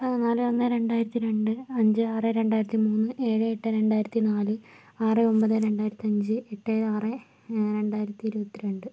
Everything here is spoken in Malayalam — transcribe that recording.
പതിനാല് ഒന്ന് രണ്ടായിരത്തി രണ്ട് അഞ്ച് ആറ് രണ്ടായിരത്തി മൂന്ന് ഏഴ് എട്ട് രണ്ടായിരത്തി നാല് ആറ് ഒമ്പത് രണ്ടായിരത്തഞ്ച് എട്ട് ആറ് രണ്ടായിരത്തി ഇരുപത്തി രണ്ട്